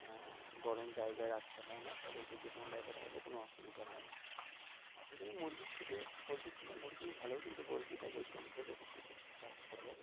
গরম জায়গায় রাখতে হয় না তাদেরকে যে কোনো জায়গায় রাখলে কোনো অসুবিধা হয় না আশা করি মুরগির থেকে পোলট্রীর থেকে মুরগীই ভালো কিন্তু পোলট্রীটা বেশি অংশ লোক চাষ করে